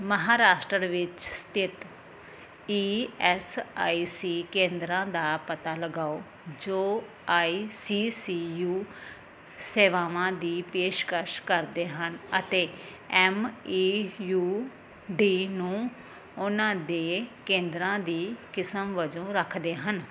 ਮਹਾਰਾਸ਼ਟਰ ਵਿੱਚ ਸਥਿਤ E S I C ਕੇਂਦਰਾਂ ਦਾ ਪਤਾ ਲਗਾਓ ਜੋ ਆਈ ਸੀ ਸੀ ਯੂ ਸੇਵਾਵਾਂ ਦੀ ਪੇਸ਼ਕਸ਼ ਕਰਦੇ ਹਨ ਅਤੇ ਐਮ ਏ ਯੂ ਡੀ ਨੂੰ ਉਹਨਾਂ ਦੇ ਕੇਂਦਰਾਂ ਦੀ ਕਿਸਮ ਵਜੋਂ ਰੱਖਦੇ ਹਨ